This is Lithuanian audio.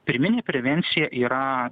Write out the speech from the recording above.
pirminė prevencija yra